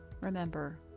Remember